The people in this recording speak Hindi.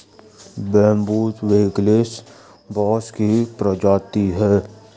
बैम्ब्यूसा वैलगेरिस बाँस की प्रजाति है